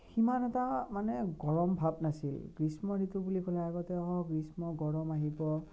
সিমান এটা মানে গৰম ভাৱ নাছিল গ্ৰীষ্ম ঋতু বুলি ক'লে আগতে হওক গ্ৰীষ্ম গৰম আহিব